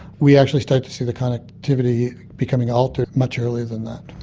we actually start to see the connectivity becoming altered much earlier than that.